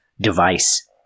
device